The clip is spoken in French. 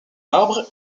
arbre